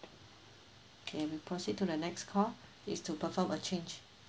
K we proceed to the next call it's to perform a change